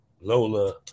Lola